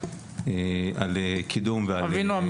על קידום --- אבינועם,